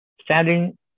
Standing